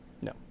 No